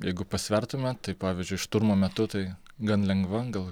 jeigu pasvertume tai pavyzdžiui šturmo metu tai gan lengva gal